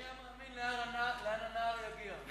מי היה מאמין, לאן הנער יגיע.